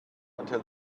until